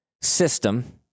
system